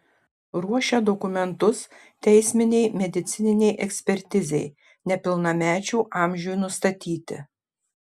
ruošia dokumentus teisminei medicininei ekspertizei nepilnamečių amžiui nustatyti